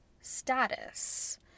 status